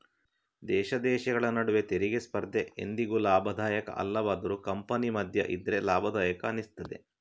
ದೇಶ ದೇಶಗಳ ನಡುವೆ ತೆರಿಗೆ ಸ್ಪರ್ಧೆ ಎಂದಿಗೂ ಲಾಭದಾಯಕ ಅಲ್ಲವಾದರೂ ಕಂಪನಿ ಮಧ್ಯ ಇದ್ರೆ ಲಾಭದಾಯಕ ಅನಿಸ್ತದೆ